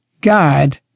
God